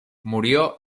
murió